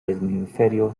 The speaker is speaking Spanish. hemisferio